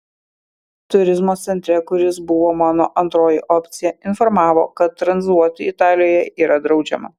turizmo centre kuris buvo mano antroji opcija informavo kad tranzuoti italijoje yra draudžiama